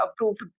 approved